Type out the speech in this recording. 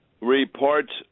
reports